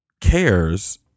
cares